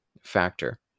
factor